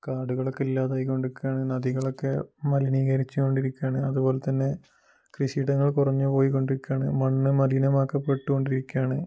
കാടുകളൊക്കെ ഇല്ലാതായി കൊണ്ടിരിക്കുകയാണ് നദികളൊക്കെ മലിനീകരിച്ചു കൊണ്ടിരിക്കുകയാണ് അതുപോലെ തന്നെ കൃഷിയിടങ്ങൾ കുറഞ്ഞു പോയി കൊണ്ടിക്കുകയാണ് മണ്ണ് മലിനമാക്കപ്പെട്ടു കൊണ്ടിരിക്കുകയാണ്